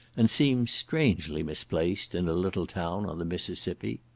and seems strangely misplaced in a little town on the mississippi.